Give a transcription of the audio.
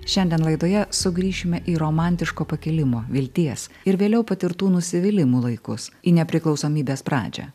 šiandien laidoje sugrįšime į romantiško pakilimo vilties ir vėliau patirtų nusivylimų laikus į nepriklausomybės pradžią